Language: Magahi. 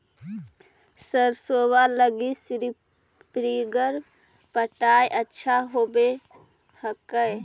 सरसोबा लगी स्प्रिंगर पटाय अच्छा होबै हकैय?